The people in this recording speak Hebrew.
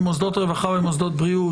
במוסדות רווחה ובמוסדות בריאות,